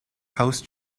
house